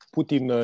Putin